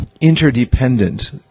interdependent